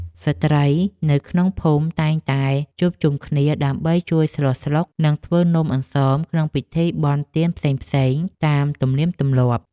ស្ត្រីនៅក្នុងភូមិតែងតែជួបជុំគ្នា ដើម្បីជួយស្លស្លុក និងធ្វើនំអន្សមក្នុងពិធីបុណ្យទានផ្សេងៗតាមទំនៀមទម្លាប់។